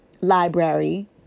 library